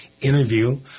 interview